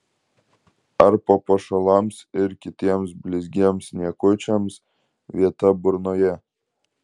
ar papuošalams ir kitiems blizgiems niekučiams vieta burnoje